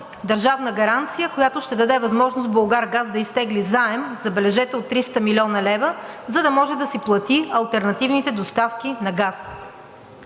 държавна гаранция, която ще даде възможност „Булгаргаз“ да изтегли заем, забележете – от 300 млн. лв., за да може да си плати алтернативните доставки на газ.